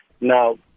Now